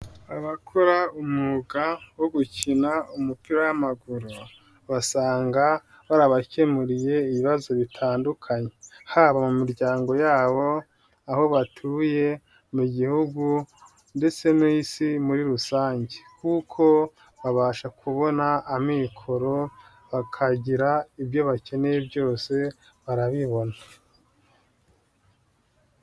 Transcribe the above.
Abakora umwuga wo gukina umupira w'amaguru basanga barabakemuriye ibibazo bitandukanye haba mu miryango yabo, aho batuye, mu gihugu ndetse n'Isi muri rusange kuko babasha kubona amikoro bakagira ibyo bakeneye byose barabibona.